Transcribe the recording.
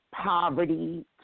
poverty